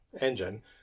engine